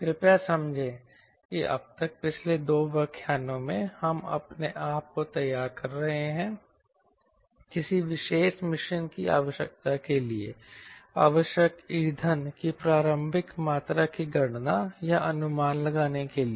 कृपया समझें कि अब तक पिछले 2 व्याख्यानों में हम अपने आप को तैयार कर रहे हैं किसी विशेष मिशन की आवश्यकता के लिए आवश्यक ईंधन की प्रारंभिक मात्रा की गणना या अनुमान लगाने के लिए